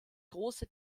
große